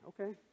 okay